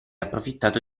approfittato